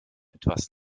etwas